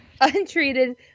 untreated